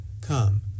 Come